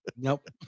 Nope